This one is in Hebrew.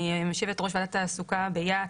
יושבת-ראש ועדת תעסוקה ביה"ת,